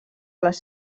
les